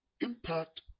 impact